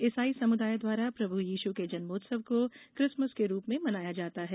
ईसाई समुदाय द्वारा प्रभु यीश के जन्मोत्सव को क्रिसमस के रूप में मनाया जाता है